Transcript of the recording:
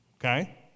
Okay